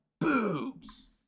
boobs